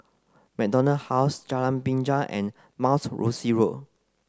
MacDonald House Jalan Binja and Mount Rosie Road